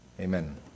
amen